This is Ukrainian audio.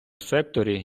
секторі